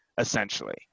essentially